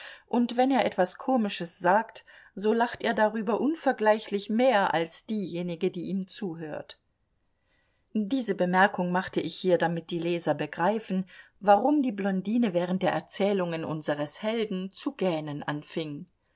und wenn er etwas komisches sagt so lacht er darüber unvergleichlich mehr als diejenige die ihm zuhört diese bemerkung machte ich hier damit die leser begreifen warum die blondine während der erzählungen unseres helden zu gähnen anfing